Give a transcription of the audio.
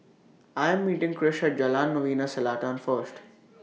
I Am meeting Krish At Jalan Novena Selatan First